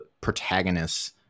protagonists